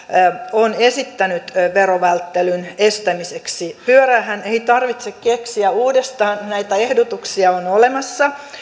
on esittänyt verovälttelyn estämiseksi pyöräähän ei tarvitse keksiä uudestaan näitä ehdotuksia on olemassa